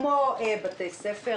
כמו בתי ספר,